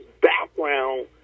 background